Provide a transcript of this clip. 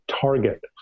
Target